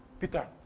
Peter